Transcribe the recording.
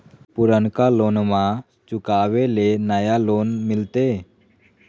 पुर्नका लोनमा चुकाबे ले नया लोन मिलते?